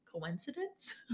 coincidence